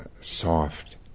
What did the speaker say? soft